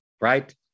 right